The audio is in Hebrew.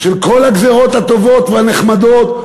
של כל הגזירות הטובות והנחמדות,